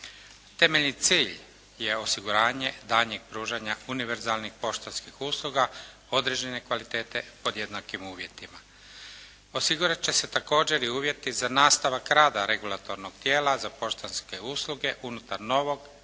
Temeljni cilj je osiguranje daljnjeg pružanja univerzalnih poštanskih usluga određene kvalitete pod jednakim uvjetima. Osigurati će se također i uvjeti za nastavak rada regulatornog tijela za poštanske usluge, unutar novog,